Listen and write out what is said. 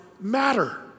matter